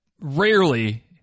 rarely